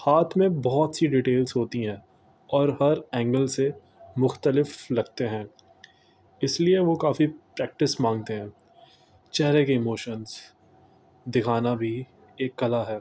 ہاتھ میں بہت سی ڈیٹیلس ہوتی ہیں اور ہر اینگل سے مختلف لگتے ہیں اس لیے وہ کافی پریکٹس مانگتے ہیں چہرے کے اموشنس دکھانا بھی ایک کلا ہے